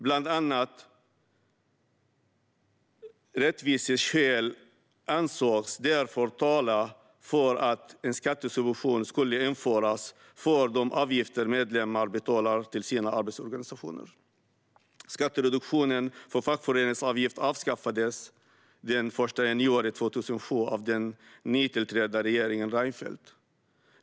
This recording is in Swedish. Bland annat rättviseskäl ansågs därför tala för att en skattesubvention skulle införas för de avgifter som medlemmar betalar till sina arbetstagarorganisationer. Skattereduktionen för fackföreningsavgifter avskaffades den 1 januari 2007 av den nytillträdda regeringen Reinfeldt.